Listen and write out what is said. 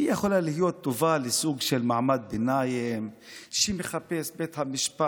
כי היא יכולה להיות טובה לסוג של מעמד ביניים שמחפש את בית המשפט,